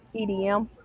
EDM